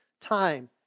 Time